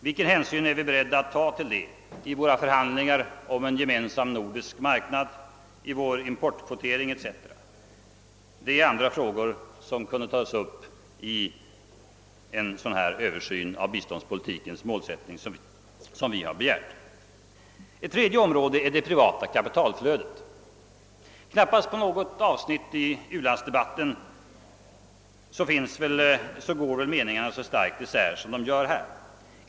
Vilken hänsyn är vi beredda att ta till detta vid våra förhandlingar om en gemensam nordisk marknad, i vår importkvotering etc.? Det är andra frågor som kunde tas upp vid en sådan översyn av biståndspolitikens målsättning som vi har begärt. Ett tredje område är det privata kapitalflödet. Knappast i något avsnitt av u-landsdebatten går väl meningarna så starkt isär som här.